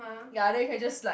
ya then you can just like